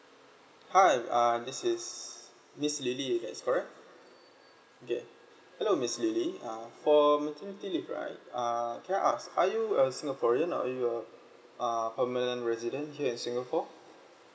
hi uh this is miss lily that's correct okay hello miss lily uh for maternity leave right uh can I ask are you a singaporean or are you a uh permanent resident here in singapore